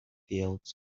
fields